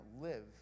live